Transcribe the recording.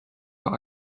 par